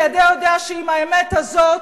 כי אתה יודע שעם האמת הזאת,